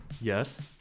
Yes